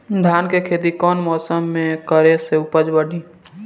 धान के खेती कौन मौसम में करे से उपज बढ़ी?